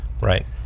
Right